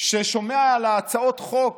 ששומע על הצעות החוק